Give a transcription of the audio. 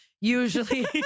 usually